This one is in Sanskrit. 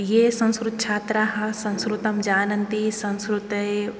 ये संस्कृतछात्राः संस्कृतं जानन्ति संस्कृते